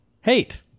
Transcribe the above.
hate